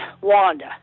Wanda